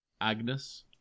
Agnes